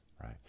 right